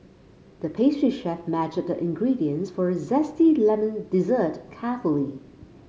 the pastry chef measured the ingredients for a zesty lemon dessert carefully